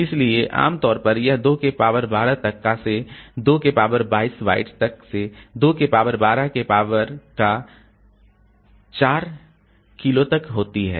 इसलिए आमतौर पर यह 2 के पावर 12 तक का से 2 के पावर 22 बाइट्स तक से 2 के पावर 12 के पावर का 4k तक होती है